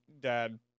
dad